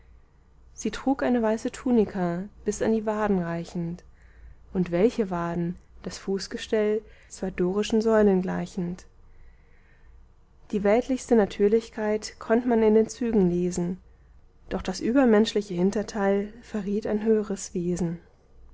sie trug eine weiße tunika bis an die waden reichend und welche waden das fußgestell zwei dorischen säulen gleichend die weltlichste natürlichkeit konnt man in den zügen lesen doch das übermenschliche hinterteil verriet ein höheres wesen